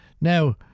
Now